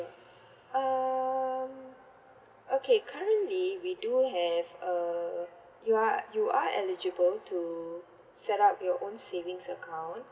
um okay currently we do have uh you are you are eligible to set up your own savings account